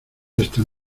esta